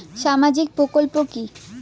সামাজিক প্রকল্প কি?